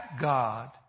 God